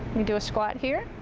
we do a squat here,